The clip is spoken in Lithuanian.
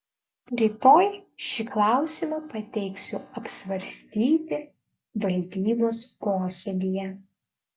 rytoj šį klausimą pateiksiu apsvarstyti valdybos posėdyje